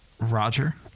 Roger